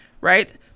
right